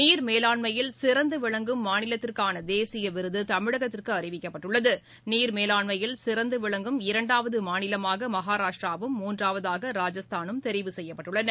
நீர் மேலாண்மயில் சிறந்துவிளங்கும் மாநிலத்திற்கானதேசியவிருதுதமிழகத்திற்குஅறிவிக்கப்பட்டுள்ளது மேலாண்மையில் சிறந்துவிளங்கும் இரண்டாவதுமாநிலமாகமகாராஷ்டிராவும் முன்றாவதாக நீர் ராஜஸ்தானும் தெரிவு செய்யப்பட்டுள்ளன